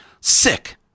sick